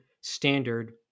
standard